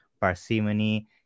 Parsimony